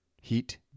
heat